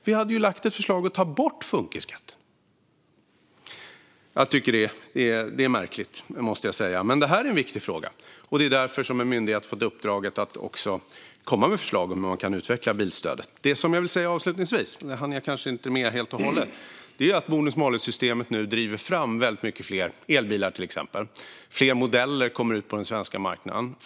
Vi hade ju lagt fram ett förslag om att ta bort den. Det är märkligt. Det här är en viktig fråga, och därför har en myndighet fått i uppdrag att komma med förslag om hur man kan utveckla bilstödet. Avslutningsvis: Bonus malus-systemet driver fram många fler elbilar, och fler modeller kommer ut på den svenska marknaden.